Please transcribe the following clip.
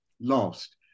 lost